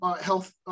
health